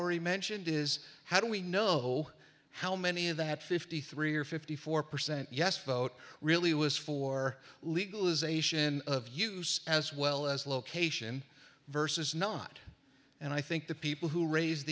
lowry mentioned is how do we know how many of that fifty three or fifty four percent yes vote really was for legalization of use as well as location versus not and i think the people who raise